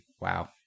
Wow